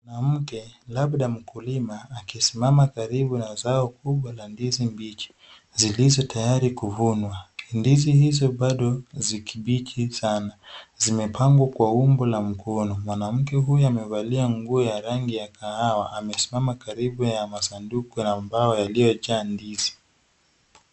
Mwanamke labda mkulima, akisimama karibu na zao kubwa la ndizi mbichi zilizotayari kuvunwa. Ndizi hizo bado zi kibichi sana. Zimepangwa kwa umbo la mkono. Mwanamke huyu amevalia nguo ya rangi ya kahawa. Amesimama karibu ya masanduku ya mbao yaliyojaa ndizi.